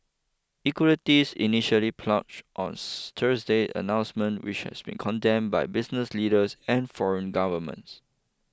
equities initially plunged on Thursday announcement which has been condemned by business leaders and foreign governments